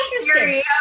interesting